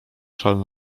szal